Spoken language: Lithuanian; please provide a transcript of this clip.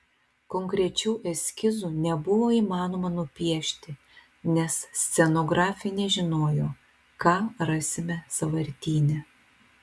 konkrečių eskizų nebuvo įmanoma nupiešti nes scenografė nežinojo ką rasime sąvartyne